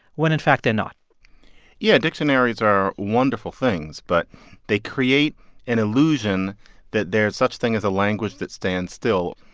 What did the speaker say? when in fact they're not yeah. dictionaries are wonderful things, but they create an illusion that there's such thing as a language that stands still,